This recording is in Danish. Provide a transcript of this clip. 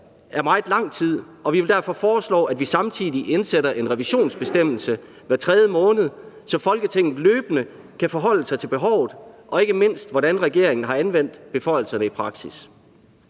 er meget lang tid, og vi vil derfor foreslå, at vi samtidig indsætter en revisionsbestemmelse hver tredje måned, så Folketinget løbende kan forholde sig til behovet og ikke mindst til, hvordan regeringen har anvendt beføjelserne i praksis.